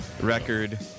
record